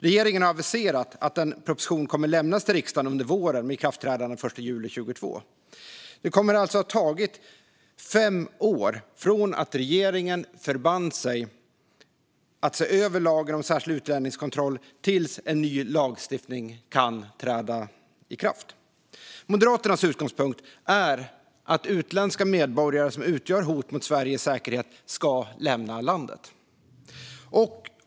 Regeringen har aviserat att en proposition kommer att lämnas till riksdagen under våren, med ikraftträdande den 1 juli 2022. Det kommer alltså att ha tagit fem år från det att regeringen förband sig att se över lagen om särskild utlänningskontroll tills en ny lagstiftning kan träda i kraft. Moderaternas utgångspunkt är att utländska medborgare som utgör hot mot Sveriges säkerhet ska lämna landet.